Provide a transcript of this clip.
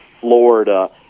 Florida